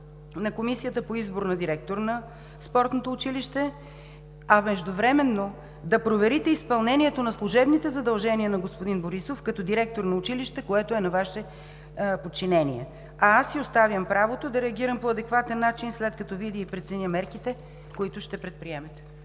на комисията по избор на директор на спортното училище, а междувременно, да проверите изпълнението на служебните задължения на господин Борисов като директор на училище, което е на Ваше подчинение, а аз си оставям правото да реагирам по адекватен начин, след като видя и преценя мерките, които ще предприемете.